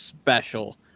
special